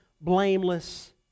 blameless